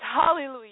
Hallelujah